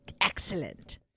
Excellent